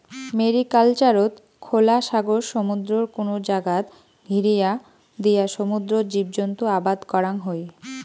ম্যারিকালচারত খোলা সাগর, সমুদ্রর কুনো জাগাত ঘিরিয়া দিয়া সমুদ্রর জীবজন্তু আবাদ করাং হই